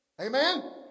Amen